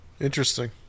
Interesting